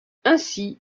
ainsi